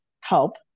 help